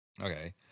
okay